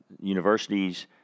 universities